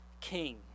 king